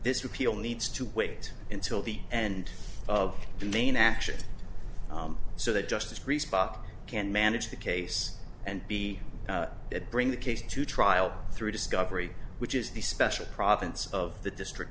this repeal needs to wait until the end of the main action so that justice response can manage the case and be that bring the case to trial through discovery which is the special province of the district